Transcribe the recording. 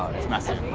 it's massive.